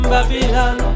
Babylon